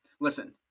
listen